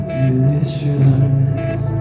Delicious